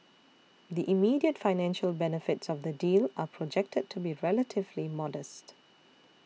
the immediate financial benefits of the deal are projected to be relatively modest